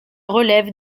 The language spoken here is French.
relève